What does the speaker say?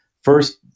first